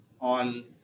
on